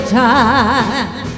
time